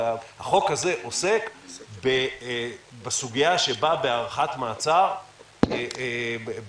החוק הזה עוסק בסוגיה שבה בהארכת מעצר באה